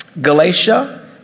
Galatia